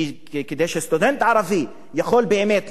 כדי שסטודנט ערבי יוכל באמת ללמוד בישראל,